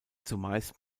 zumeist